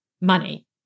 money